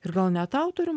ir gal net autorium